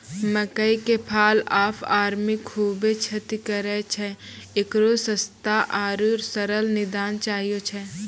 मकई मे fall of army खूबे क्षति करेय छैय, इकरो सस्ता आरु सरल निदान चाहियो छैय?